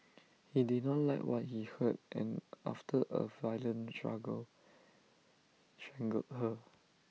he did not like what he heard and after A violent struggle strangled her